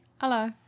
Hello